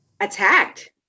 attacked